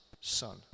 son